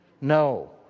No